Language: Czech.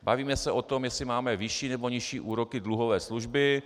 Bavíme se o tom, jestli máme nižší nebo vyšší úroky dluhové služby.